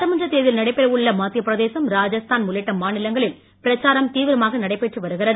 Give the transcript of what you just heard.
சட்டமன்றத்தேர்தல் நடைபெற உள்ள மத்தியப்பிரதேசம் ராஜஸ்தான் உள்ளிட்ட மாநிலங்களில் பிரச்சாரம் தீவிரமாக நடைபெற்று வருகிறது